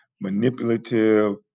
manipulative